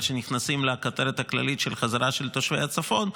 אבל נכנסים לכותרת הכללית של חזרת תושבי הצפון.